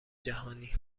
جهانی